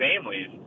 families